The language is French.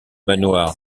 manoir